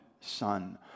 son